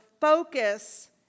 focus